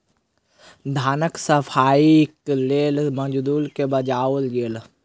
धानक सफाईक लेल मजदूर के बजाओल गेल